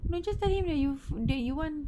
no just tell him that you f~ that you want